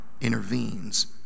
intervenes